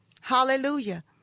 Hallelujah